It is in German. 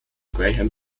graham